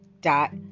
dot